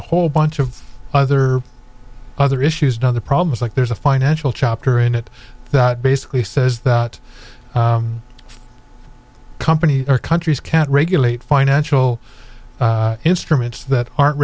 a whole bunch of other other issues and other problems like there's a financial chapter in it that basically says that a company or countries can't regulate financial instruments that aren't